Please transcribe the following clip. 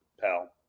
Pal